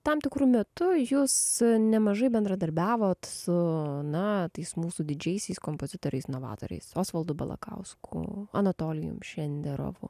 tam tikru metu jūs nemažai bendradarbiavot su na tais mūsų didžiaisiais kompozitoriais novatoriais osvaldu balakausku anatolijumi šenderovu